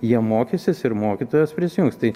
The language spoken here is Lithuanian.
jie mokysis ir mokytojas prisijungs tai